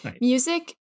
Music